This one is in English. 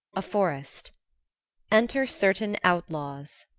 a forest enter certain outlaws